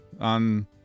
On